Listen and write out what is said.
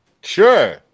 Sure